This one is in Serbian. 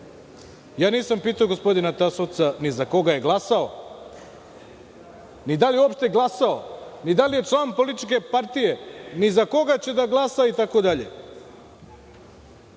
Nisam pitao gospodina Tasovca ni za koga je glasao, ni da li je uopšte glasao, ni da li je član političke partije, ni za koga će da glasa, itd. Vanja